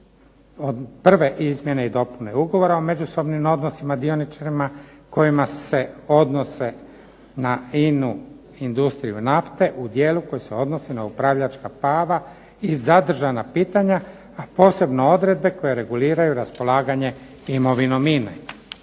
prve izmjene i dopune Ugovora o međusobnim odnosima dioničara kojima se odnose na INA-Industriju nafte u dijelu koji se odnosi na upravljačka prava i zadržana pitanja, a posebno odredbe koje reguliraju raspolaganje imovinom INA-e.